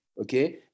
Okay